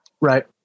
Right